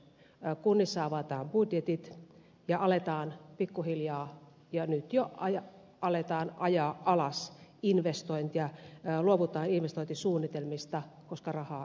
kunnissa avataan budjetit ja aletaan pikkuhiljaa nyt jo aletaan ajaa alas investointeja luovutaan investointisuunnitelmista koska rahaa ei ole